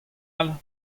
all